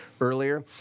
earlier